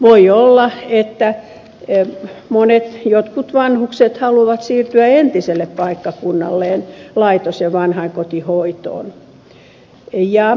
voi olla että jotkut vanhukset haluavat siirtyä entiselle paikkakunnalleen laitos ja vanhainkotihoitoon